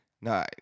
No